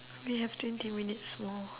we have twenty minutes more